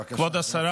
בבקשה.